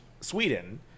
Sweden